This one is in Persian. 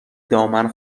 دامن